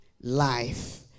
life